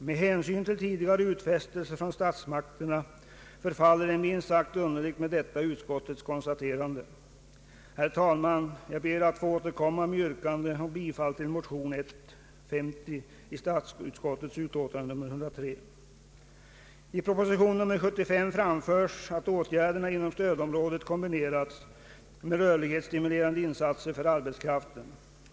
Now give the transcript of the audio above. Med hänsyn till tidigare utfästelser från statsmakterna förefaller det minst sagt underligt med detta utskottets konstaterande. Herr talman! Jag ber att få återkomma med yrkande om bifall till motionen 1:50 vid statsutskottets utlåtande nr 103. I proposition nr 75 anförs att åtgärderna inom stödområdet kombinerats med rörlighetsstimulerande insatser för arbetskraften.